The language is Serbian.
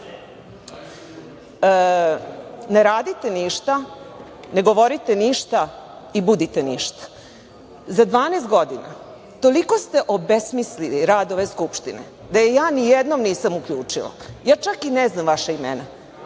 „Ne radite ništa, ne govorite ništa i budite ništa.“ Za 12 godina toliko ste obesmislili rad ove Skupštine da je ja nijednom nisam uključila. Ja čak i ne znam vaša imena